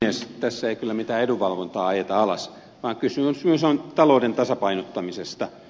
tässä ei kyllä mitään edunvalvontaa ajeta alas vaan kysymys on talouden tasapainottamisesta